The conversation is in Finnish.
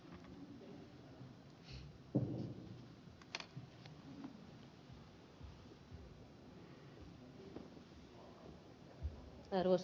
arvoisa puhemies